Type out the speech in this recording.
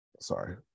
Sorry